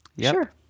Sure